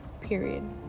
Period